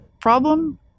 problem